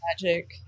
magic